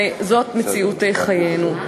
וזאת מציאות חיינו.